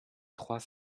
trois